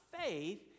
faith